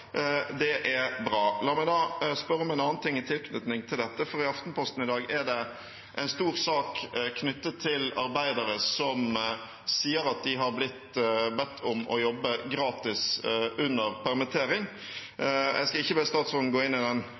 Det er bra. La meg da spørre om en annen ting i tilknytning til dette, for i Aftenposten i dag er det en stor sak knyttet til arbeidere som sier at de har blitt bedt om å jobbe gratis under permittering. Jeg skal ikke be statsråden gå inn i den